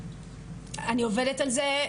אני עובדת על זה,